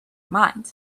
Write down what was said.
mind